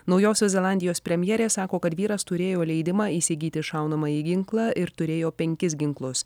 naujosios zelandijos premjerė sako kad vyras turėjo leidimą įsigyti šaunamąjį ginklą ir turėjo penkis ginklus